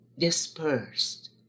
dispersed